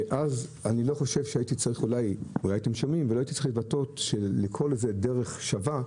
ואז אולי הייתם שומעים ולא הייתי צריך לומר שלקרוא לזה "דרך שווה"